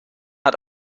hat